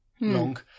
long